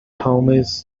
homies